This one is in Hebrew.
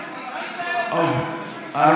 הכול אתם עושים, מה יישאר לנו?